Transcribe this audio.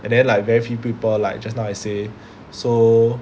and then like very few people like just now I say so